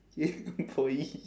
!yay! boy